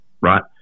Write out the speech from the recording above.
right